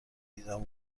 دیدن